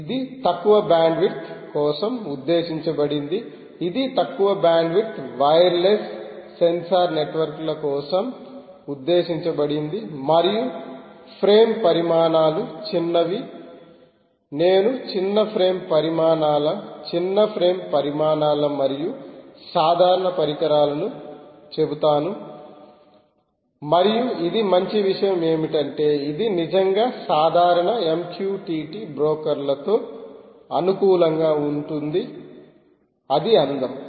ఇది తక్కువ బ్యాండ్విడ్త్ కోసం ఉద్దేశించబడింది ఇది తక్కువ బ్యాండ్విడ్త్ వైర్లెస్ సెన్సార్ నెట్వర్క్ల కోసం ఉద్దేశించబడింది మరియు ఫ్రేమ్ పరిమాణాలు చిన్నవి నేను చిన్న ఫ్రేమ్ పరిమాణాలు చిన్న ఫ్రేమ్ పరిమాణాలు మరియు సాధారణ పరికరాలను చెబుతాను మరియు ఇది మంచి విషయం ఏమిటంటే ఇది నిజంగా సాధారణ MQTT బ్రోకర్లతో అనుకూలంగా ఉంటుంది అది అందం